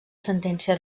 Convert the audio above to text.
sentència